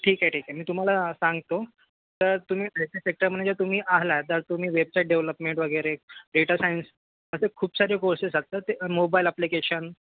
ठीक आहे ठीक आहे मी तुम्हाला सांगतो तर तुम्ही आय टी सेक्टरमध्ये जर तुम्ही आलात तर तुम्ही वेबसाईट डेव्हलपमेंट वगैरे बेटर सायन्स असे खूप सारे कोर्सेस असतात ते मोबाईल अप्लिकेशन